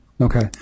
Okay